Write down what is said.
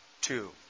two